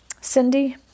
Cindy